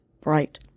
bright